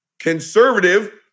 Conservative